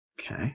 Okay